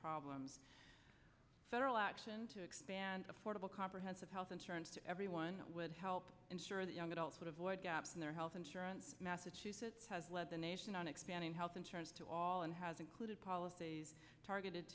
problems federal action to expand affordable comprehensive health everyone would help ensure that young adults avoid gaps in their health insurance massachusetts has led the nation on expanding health insurance to all and has included policy targeted